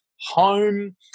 home